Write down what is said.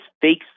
fake